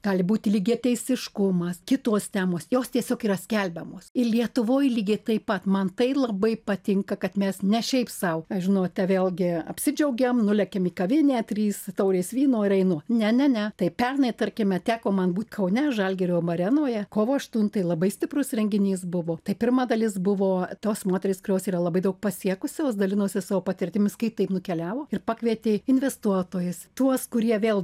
gali būti lygiateisiškumas kitos temos jos tiesiog yra skelbiamos i lietuvoj lygiai taip pat man tai labai patinka kad mes ne šiaip sau žinote vėlgi apsidžiaugiam nulekiam į kavinę trys taurės vyno ir einu ne ne ne tai pernai tarkime teko man būt kaune žalgirio m arenoje kovo aštuntai labai stiprus renginys buvo tai pirma dalis buvo tos moterys kurios yra labai daug pasiekusios dalinosi savo patirtimis kai taip nukeliavo ir pakvietė investuotojus tuos kurie vėl